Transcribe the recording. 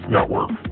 Network